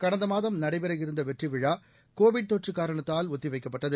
கடந்த மாதம் நடைபெறவிருந்த வெற்றி விழா கோவிட் தொற்று காரணத்தால் ஒத்தி வைக்கப்பட்டது